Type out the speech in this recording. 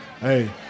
hey